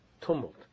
tumult